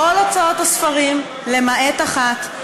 כל הוצאות הספרים למעט אחת,